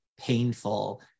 painful